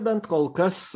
bent kol kas